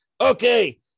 Okay